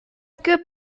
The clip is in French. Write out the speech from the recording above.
que